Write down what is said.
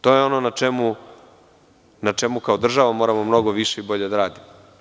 To je ono na čemu kao država moramo mnogo više i bolje da radimo.